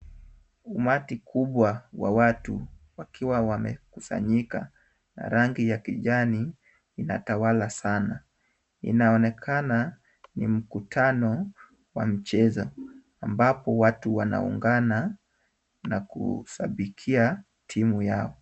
Umati kubwa wa watu wakiwa wamekusanyika na rangi ya kijani inatawala sana. Inaonekana ni mkutano wa mchezo, ambapo watu wanaungana na kushabikia timu yao.